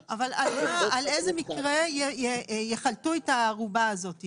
--- אבל על איזה מקרה יחלטו את הערובה הזאת?